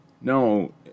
No